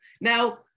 Now